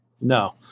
No